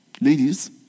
ladies